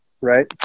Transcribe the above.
Right